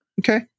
Okay